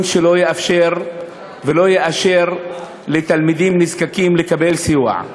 שלא יאפשר ולא יאשר לתלמידים נזקקים לקבל סיוע.